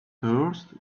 thirst